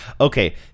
Okay